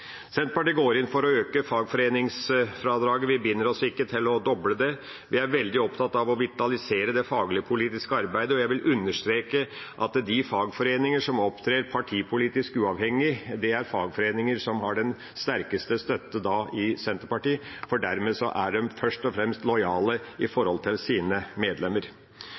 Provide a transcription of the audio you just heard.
Senterpartiet går inn for å øke fagforeningsfradraget. Vi binder oss ikke til å doble det. Vi er veldig opptatt av å vitalisere det fagligpolitiske arbeidet, og jeg vil understreke at de fagforeninger som opptrer partipolitisk uavhengig, er fagforeninger som har den sterkeste støtte i Senterpartiet, for dermed er de først og fremst lojale overfor sine medlemmer.